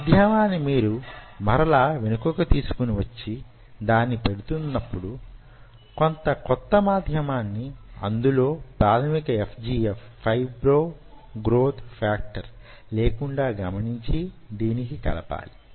మాధ్యమాన్ని మీరు మరల వెనుకకి తీసుకొని వచ్చి దాన్ని పెడుతున్నప్పుడు కొంత క్రొత్త మాధ్యమాన్ని అందులో ప్రాథమిక FGF లేకుండా గమనించి దీనికి కలపాలి